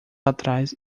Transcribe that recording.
atrás